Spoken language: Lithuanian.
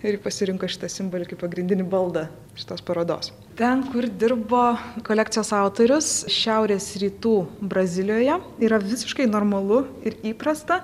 ir ji pasirinko šitą simbolį kaip pagrindinį baldą šitos parodos ten kur dirbo kolekcijos autorius šiaurės rytų brazilijoje yra visiškai normalu ir įprasta